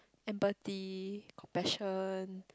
empathy compassion